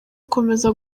gukomeza